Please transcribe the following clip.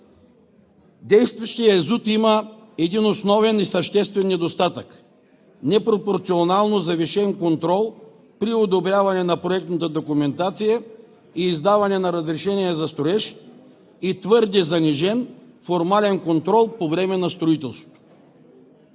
Действащият ЗУТ има един основен и съществен недостатък. –непропорционално завишен контрол при одобряване на проектната документация и издаване на разрешение за строеж, и твърде занижен формален контрол по време на строителството.